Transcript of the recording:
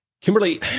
Kimberly